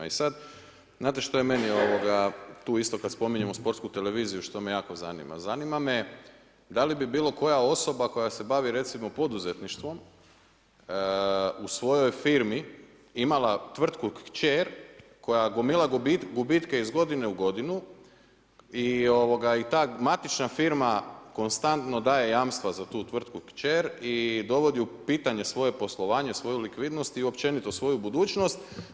I sad, znate što je meni, ovoga, tu isto, kad spominjemo Sportsku televiziju, što me jako zanima me, da li bi bilo koja osoba koja se bavi recimo poduzetništvom u svojoj firmi, imala tvrtku kćer, koja gomila gubitke iz godinu u godinu i ta matična firma konstantno daje jamstva za tu tvrtku kćer i dovodi u pitanje svoje poslovanje, svoju likvidnost i općenito svoju budućnost.